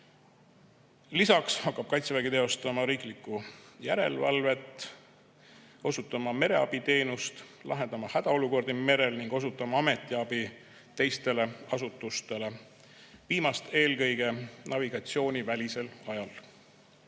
Lisaks hakkab Kaitsevägi teostama riiklikku järelevalvet, osutama mereabiteenust, lahendama hädaolukordi merel ning osutama ametiabi teistele asutustele, viimast eelkõige navigatsioonivälisel ajal.